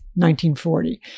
1940